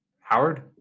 Howard